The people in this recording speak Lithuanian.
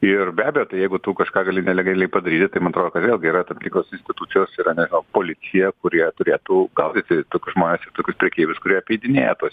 ir be abejo tai jeigu tu kažką gali nelegaliai padaryti tai man atrodo vėlgi yra tam tikros institucijos yra nežinau policija kurie turėtų gaudyti tokius žmones ir tokius prekeivius kurie apeidinėja tuos